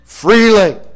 Freely